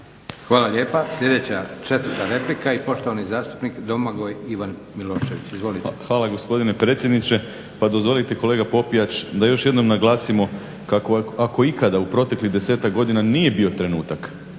Hvala lijepa. Sljedeća 4 replika i poštovani zastupnik Domagoj Ivan Milošević. Izvolite. **Milošević, Domagoj Ivan (HDZ)** Hvala gospodine predsjedniče. Pa dozvolite kolega Popijač da još jednom naglasimo kako ako ikada u proteklih desetak godina nije bio trenutak